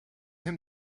him